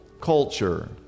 culture